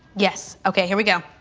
yes, ok, here we go.